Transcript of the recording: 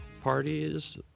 parties